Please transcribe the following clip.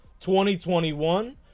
2021